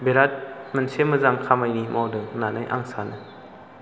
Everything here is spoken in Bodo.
बिराद मोनसे मोजां खामानि मावदों होननानै आं सानो